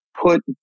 put